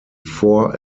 four